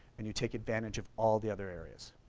and you take advantage of all the other areas.